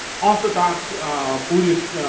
orthodox buddhist